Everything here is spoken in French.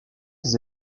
ses